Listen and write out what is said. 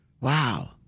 Wow